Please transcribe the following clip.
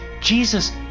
Jesus